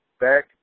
back